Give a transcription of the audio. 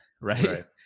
Right